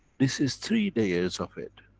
this is three layers of it.